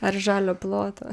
ar žalio ploto